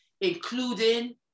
including